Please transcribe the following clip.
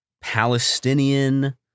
Palestinian